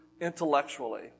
intellectually